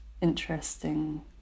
interesting